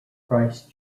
christ